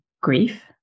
grief